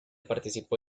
participó